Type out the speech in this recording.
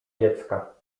dziecka